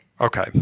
Okay